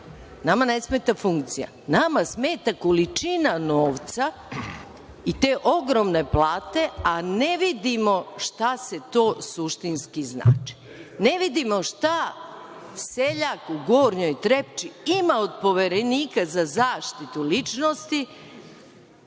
Nama ne smeta funkcija, nama smeta količina novca i te ogromne plate, a ne vidimo šta sve to suštinski znači. Ne vidimo šta seljak u Gornjoj Trepči ima od Poverenika za zaštitu ličnosti